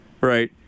Right